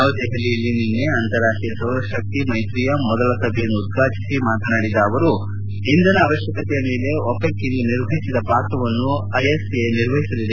ನವದೆಹಲಿಯಲ್ಲಿ ನಿನ್ನೆ ಅಂತಾರಾಷ್ಷೀಯ ಸೌರಶಕ್ತಿ ಮೈತ್ರಿಯ ಮೊದಲ ಸಭೆಯನ್ನು ಉದ್ಘಾಟಿಸಿ ಮಾತನಾಡಿದ ಪ್ರಧಾನಿ ಇಂಧನ ಅವಶ್ಯಕತೆಯ ಮೇಲೆ ಒಪೆಕ್ ಇಂದು ನಿರ್ವಹಿಸಿದ ಪಾತ್ರವನ್ನು ಐಎಸ್ ಐ ನಿರ್ವಹಿಸಲಿದೆ